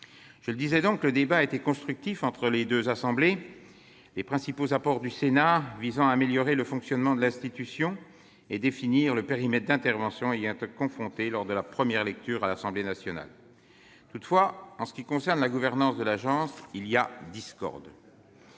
débat, disais-je, a été constructif entre les deux assemblées : les principaux apports du Sénat, qui visaient à améliorer le fonctionnement de l'institution et à définir son périmètre d'intervention, ont été confortés lors de la première lecture du texte par l'Assemblée nationale. Toutefois, en ce qui concerne la gouvernance de l'agence, il y a discorde.